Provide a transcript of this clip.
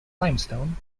limestone